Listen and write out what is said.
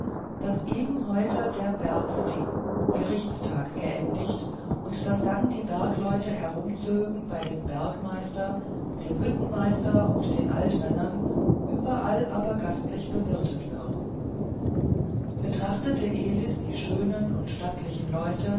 daß eben heute der bergsthing gerichtstag geendigt und daß dann die bergleute herumzögen bei dem bergmeister dem hüttenmeister und den altermännern überall aber gastlich bewirtet würden betrachtete elis die schönen und stattlichen leute